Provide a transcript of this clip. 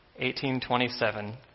1827